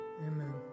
Amen